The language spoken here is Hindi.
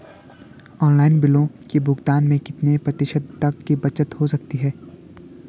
ऑनलाइन बिलों के भुगतान में कितने प्रतिशत तक की बचत हो सकती है?